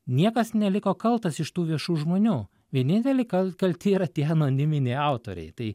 niekas neliko kaltas iš tų viešų žmonių vieninteliai kal kalti yra tie anoniminiai autoriai tai